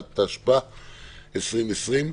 התשפ"א-2020.